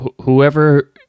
whoever